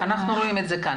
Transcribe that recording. אנחנו רואים את זה כאן.